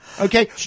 Okay